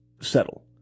settle